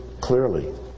clearly